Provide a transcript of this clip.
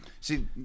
See